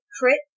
crit